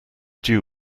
due